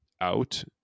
out